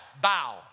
bow